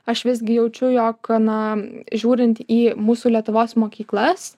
aš visgi jaučiu jog na žiūrinti į mūsų lietuvos mokyklas